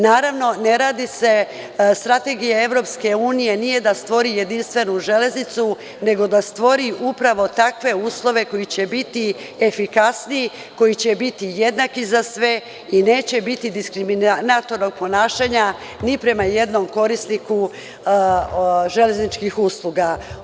Naravno, strategije EU nije da stvori jedinstvenu železnicu, nego da stvori takve uslove koji će biti efikasniji, koji će biti jednaki za sve i neće biti diskriminatornog ponašanja ni prema jednom korisniku železničkih usluga.